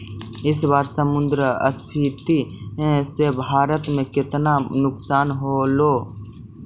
ई बार मुद्रास्फीति से भारत में केतना नुकसान होलो